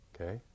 okay